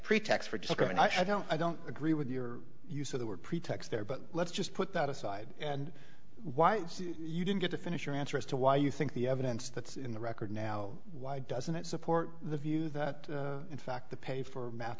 pretext for describing i don't i don't agree with your use of the word pretext there but let's just put that aside and why you didn't get to finish your answer as to why you think the evidence that's in the record now why doesn't it support the view that in fact the pay for math